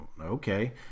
Okay